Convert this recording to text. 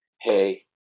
hey